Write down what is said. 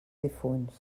difunts